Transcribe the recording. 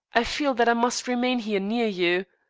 i feel that i must remain here near you.